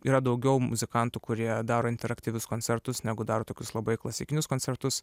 yra daugiau muzikantų kurie daro interaktyvius koncertus negu daro tokius labai klasikinius koncertus